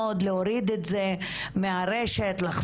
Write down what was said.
אני הייתי מקווה לראות את אותה מהירות